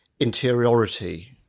interiority